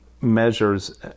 measures